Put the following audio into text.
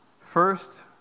First